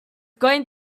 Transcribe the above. going